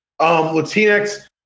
Latinx